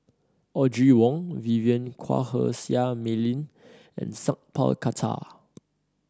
Audrey Wong Vivien Quahe Seah Mei Lin and Sat Pal Khattar